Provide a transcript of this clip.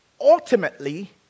ultimately